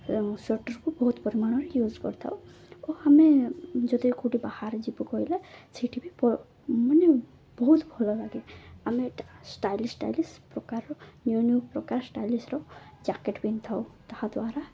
ଏ ସ୍ଵେଟର୍କୁ ବହୁତ ପରିମାଣରେ ୟୁଜ୍ କରିଥାଉ ଓ ଆମେ ଯଦି କେଉଁଠି ବାହାରେ ଯିବୁ କହିଲେ ସେଇଠି ବି ପ ମାନେ ବହୁତ ଭଲ ଲାଗେ ଆମେ ଟା ଷ୍ଟାଇଲିସ୍ ଷ୍ଟାଇଲିସ୍ ପ୍ରକାରର ନ୍ୟୁ ନ୍ୟୁ ପ୍ରକାର ଷ୍ଟାଇଲିସ୍ର ଜ୍ୟାକେଟ୍ ପିନ୍ଧିଥାଉ ତାହାଦ୍ୱାରା